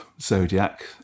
Zodiac